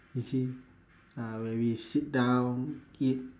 you see uh when we sit down eat